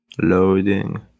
loading